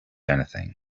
anything